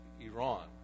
Iran